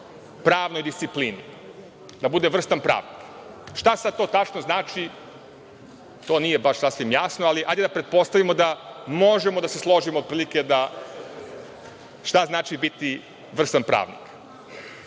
pravnoj disciplini, da bude vrstan pravnik. Šta sad to tačno znači, to nije baš sasvim jasno, ali ajde da pretpostavimo da možemo da se složimo od prilike šta znači biti vrstan pravnik. Moje